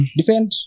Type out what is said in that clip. Defend